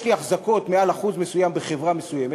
יש לי אחזקות מעל אחוז מסוים בחברה מסוימת,